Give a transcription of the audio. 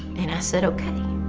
and i said, okay,